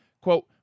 Quote